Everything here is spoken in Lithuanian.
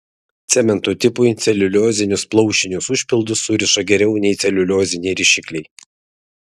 cemento tipui celiuliozinius plaušinius užpildus suriša geriau nei celiulioziniai rišikliai